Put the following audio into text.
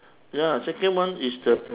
ya second one is the